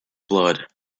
blood